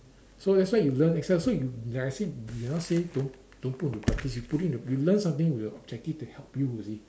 so that's why you learn Excel so you like I say say don't don't put in practice you put in you learn something with a objective to help you you see